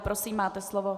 Prosím, máte slovo.